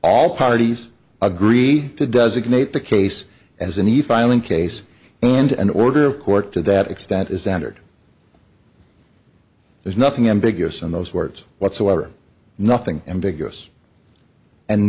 all parties agree to designate the case as in the filing case and an order of court to that extent is entered there's nothing ambiguous in those words whatsoever nothing ambiguous and